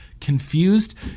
Confused